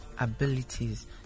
abilities